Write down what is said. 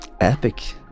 Epic